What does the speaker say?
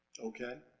okay,